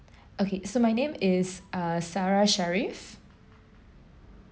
okay so my name is uh sarah sharif